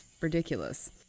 ridiculous